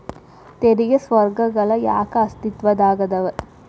ತೆರಿಗೆ ಸ್ವರ್ಗಗಳ ಯಾಕ ಅಸ್ತಿತ್ವದಾಗದವ